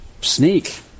sneak